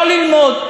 לא ללמוד?